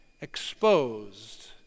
exposed